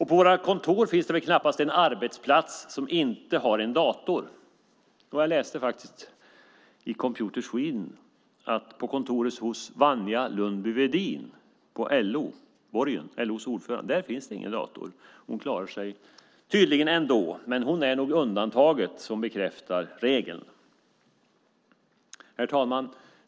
På våra kontor finns det väl knappast en arbetsplats som inte har en dator. Jo, jag läste faktiskt i Computer Sweden att på kontoret hos Wanja Lundby-Wedin i LO-borgen, LO:s ordförande, finns det ingen dator. Hon klarar sig tydligen ändå, men hon är nog undantaget som bekräftar regeln. Herr talman!